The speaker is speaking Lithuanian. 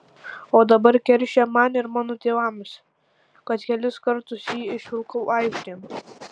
o dabar keršija man ir mano tėvams kad kelis kartus jį išvilkau aikštėn